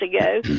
ago